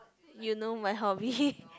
you know my hobby